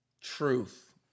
truth